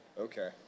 Okay